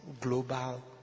global